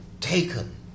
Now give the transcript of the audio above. taken